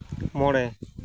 ᱢᱚᱬᱮ